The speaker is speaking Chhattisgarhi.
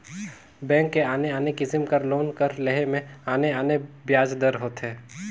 बेंक में आने आने किसिम कर लोन कर लेहे में आने आने बियाज दर होथे